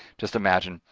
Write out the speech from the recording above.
just imagine,